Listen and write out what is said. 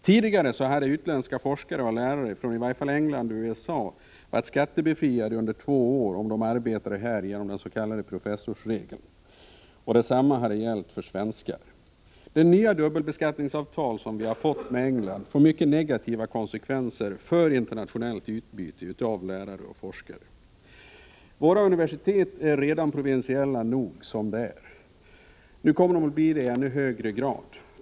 Tidigare var utländska forskare och lärare från i varje fall England och USA på grundval av den s.k. professorsregeln skattebefriade under två år Det nya dubbelbeskattningsavtalet med England får mycket negativa konsekvenser för internationellt utbyte av lärare och forskare. Våra universitet är redan tillräckligt provinsiella. Nu kommer de att bli det i ännu högre - grad.